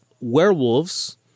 werewolves